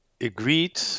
agreed